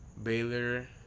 baylor